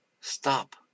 stop